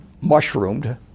mushroomed